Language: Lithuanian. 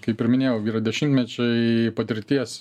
kaip ir minėjau yra dešimtmečiai patirties